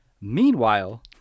Meanwhile